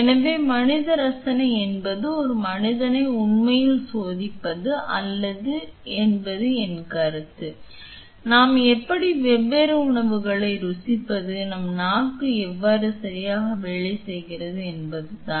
எனவே மனித ரசனை என்பது ஒரு மனிதனை உண்மையில் சோதிப்பது அல்ல என்பது என் கருத்து நாம் எப்படி வெவ்வேறு உணவுகளை ருசிப்பது நம் நாக்கு எவ்வாறு சரியாக வேலை செய்கிறது என்பதுதான்